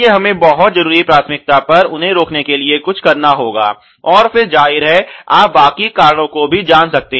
इसलिए हमें बहुत जरूरी प्राथमिकता पर उन्हें रोकने के लिए कुछ करना होगा और फिर जाहिर है आप बाकी कारणो को भी जान सकते हैं